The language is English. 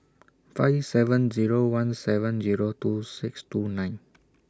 five seven Zero one seven Zero two six two nine